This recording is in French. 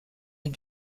une